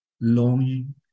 Longing